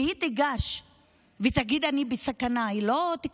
אם היא תיגש ותגיד: אני בסכנה, היא לא תקבל?